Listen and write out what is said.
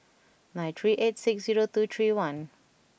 nine three eight six zero two three one